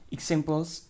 Examples